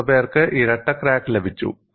എത്ര പേർക്ക് ഇരട്ട എഡ്ജ് ക്രാക്ക് ലഭിച്ചു